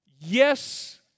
yes